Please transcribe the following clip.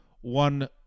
one